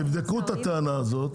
תבדקו את הטענה הזאת